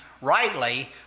rightly